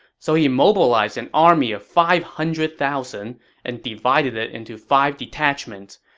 so he mobilized an army of five hundred thousand and divided it into five detachments.